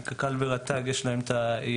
כי קק"ל ורט"ג יש להם את היכולות,